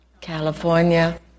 California